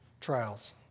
trials